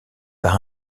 par